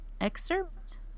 Excerpt